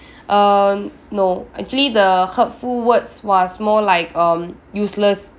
err no actually the hurtful words was more like um useless